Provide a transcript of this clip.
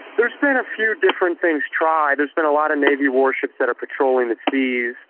there's been a few different things tried. there's been a lot of navy warships that are patrolling the seas.